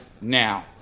now